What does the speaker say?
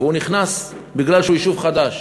והוא נכנס מפני שהוא יישוב חדש.